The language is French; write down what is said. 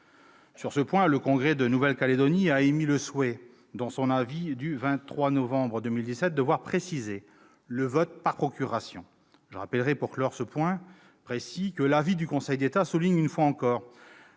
Sur ce point, le congrès de la Nouvelle-Calédonie a émis le souhait, dans son avis du 23 novembre 2017, de voir préciser le vote par procuration. Je rappellerai, pour clore ce débat, que l'avis du Conseil d'État souligne une fois encore